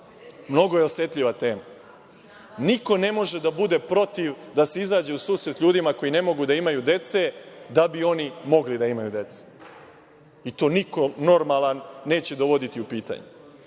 Mnogo je osetljiva tema. Niko ne može da bude protiv da se izađe u susret ljudima koji ne mogu da imaju dece da bi oni mogli da imaju dece. To niko normalan neće dovoditi u pitanje.